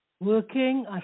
working